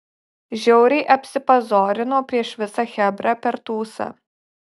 žiauriai apsipazorinau prieš visą chebrą per tūsą